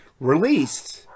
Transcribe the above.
released